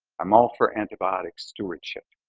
i'm all for antibiotic stewardship.